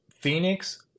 Phoenix